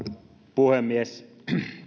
puhemies